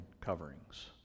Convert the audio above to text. coverings